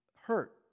hurt